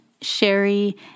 Sherry